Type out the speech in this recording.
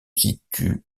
situe